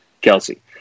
Kelsey